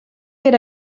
era